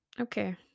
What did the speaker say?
Okay